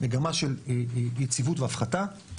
מגמה של יציבות והפחתה.